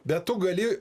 bet tu gali